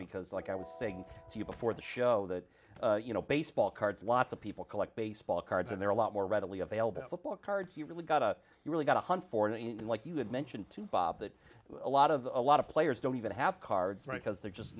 because like i was saying to you before the show that you know baseball cards lots of people collect baseball cards and there are a lot more readily available football cards you really got a you really got to hunt for and like you had mentioned that a lot of the a lot of players don't even have cards right because they're just